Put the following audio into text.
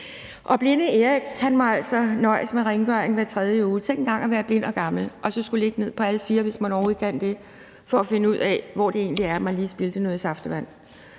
Blinde Erik må altså nøjes med rengøring hver tredje uge. Tænk engang at være blind og gammel og så skulle ligge ned på alle fire, hvis man overhovedet kan det, for at finde ud af, hvor man lige spildte noget saftevand.